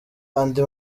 andi